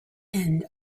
end